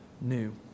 new